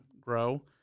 grow